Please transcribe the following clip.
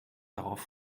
darauf